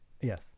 Yes